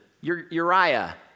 Uriah